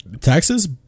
Taxes